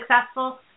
successful